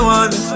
one